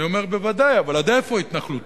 אני אומר: בוודאי, אבל עד איפה התנחלותי?